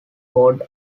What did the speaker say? board